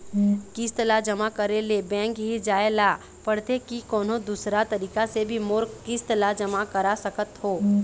किस्त ला जमा करे ले बैंक ही जाए ला पड़ते कि कोन्हो दूसरा तरीका से भी मोर किस्त ला जमा करा सकत हो?